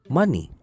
money